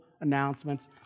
announcements